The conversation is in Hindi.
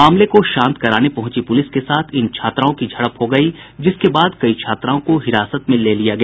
मामले को शांत कराने पहुंची पुलिस के साथ इन छात्राओं की झड़प हो गयी जिसके बाद कई छात्राओं को हिरासत में लिया गया